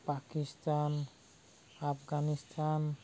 Pakistan Afghanistan